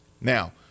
Now